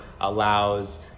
allows